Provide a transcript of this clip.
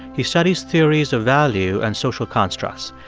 he studies theories of value and social constructs.